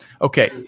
Okay